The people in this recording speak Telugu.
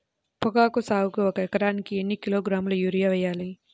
పొగాకు సాగుకు ఒక ఎకరానికి ఎన్ని కిలోగ్రాముల యూరియా వేయాలి?